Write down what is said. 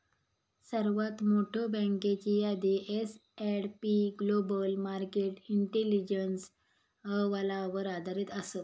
सर्वात मोठयो बँकेची यादी S and P global market intelligence अहवालावर आधारित असत